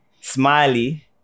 Smiley